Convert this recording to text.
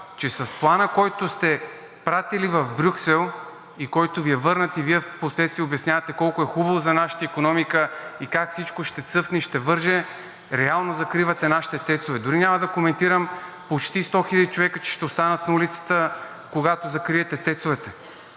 че с Плана, който сте изпратили в Брюксел и който Ви е върнат, и Вие впоследствие обяснявате колко е хубаво за нашата икономика, и как всичко ще цъфне и ще върже, реално закривате нашите ТЕЦ-ове. Дори няма да коментирам, че почти 100 хил. човека ще останат на улицата, когато закриете ТЕЦ-овете.